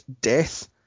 Death